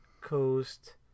Coast